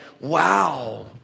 wow